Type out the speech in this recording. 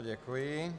Děkuji.